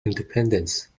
independence